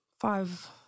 five